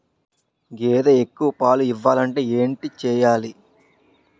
గేదె ఎక్కువ పాలు ఇవ్వాలంటే ఏంటి చెయాలి?